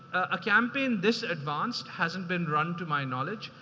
a campaign this advanced hasn't been run to my knowledge.